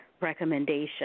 recommendation